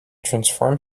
transform